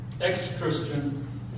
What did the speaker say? ex-Christian